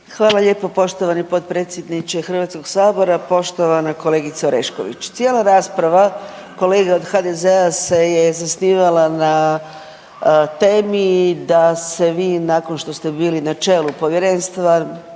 Hvala lijepo poštovani potpredsjedniče HS. Poštovana kolegice Orešković, cijela rasprava kolega od HDZ-a se je zasnivala na temi da se vi nakon što ste bili na čelu povjerenstva